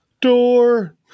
Door